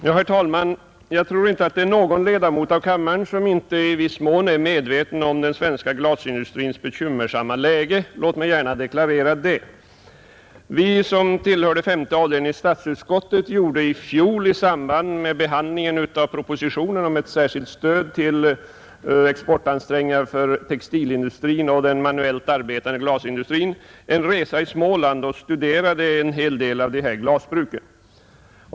Herr talman! Jag tror inte att det finns någon ledamot i denna kammare som inte är medveten om den svenska glasindustrins bekymmersamma läge; låt mig gärna deklarera det. Vi som tillhörde statsutskottets femte avdelning gjorde i fjol i samband med behandlingen av propositionen om ett särskilt stöd till exportansträngningar för textilindustrin och den manuellt arbetande glasindustrin en resa i Småland och studerade då en hel del av glasbruken där.